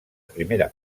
primera